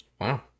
Wow